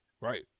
Right